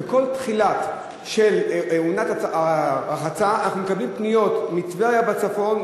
בכל תחילה של עונת רחצה אנחנו מקבלים פניות מטבריה בצפון,